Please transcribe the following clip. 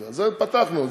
פתחנו.